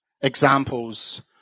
examples